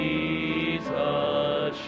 Jesus